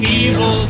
evil